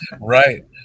right